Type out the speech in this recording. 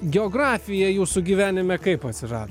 geografija jūsų gyvenime kaip atsirado